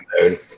mode